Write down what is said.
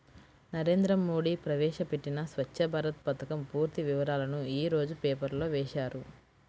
నరేంద్ర మోడీ ప్రవేశపెట్టిన స్వఛ్చ భారత్ పథకం పూర్తి వివరాలను యీ రోజు పేపర్లో వేశారు